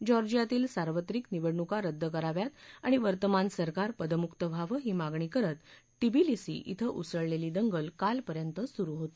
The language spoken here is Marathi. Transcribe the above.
जॉर्जियातील सार्वत्रिक निवडणूका रद्द कराव्यात आणि वर्तमान सरकार पदमुक व्हावं ही मागणी करत टिबिलिसी उं उसळलेली दंगल कालपर्यंत सुरुच होती